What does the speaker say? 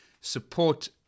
support